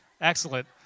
Excellent